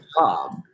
job